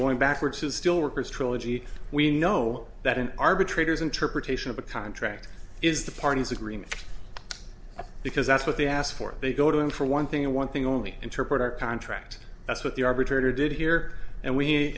going backwards as still workers trilogy we know that an arbitrator's interpretation of a contract is the party's agreement because that's what they ask for they go to him for one thing and one thing only interpret our contract that's what the arbitrator did here and we